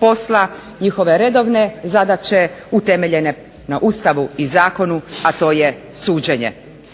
posla, njihove redovne zadaće utemeljene na Ustavu i zakonu, a to je suđenje.